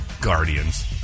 guardians